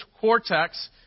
cortex